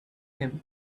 him